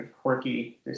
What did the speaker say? quirky